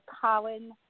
Colin